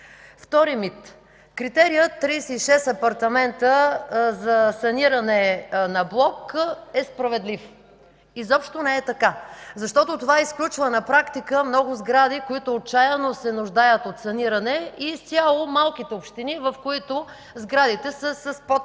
Втори мит – критерият 36 апартамента за саниране на блок е справедлив. Изобщо не е така, защото това изключва на практика много сгради, които отчаяно се нуждаят от саниране и изцяло малките общини, в които сградите са с под